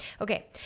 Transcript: Okay